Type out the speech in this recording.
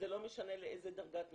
זה לא משנה באיזו דרגת נכות.